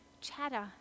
chatter